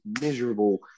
miserable